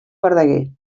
verdaguer